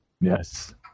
Yes